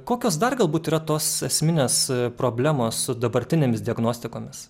kokios dar galbūt yra tos esminės problemos su dabartinėmis diagnostikomis